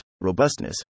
robustness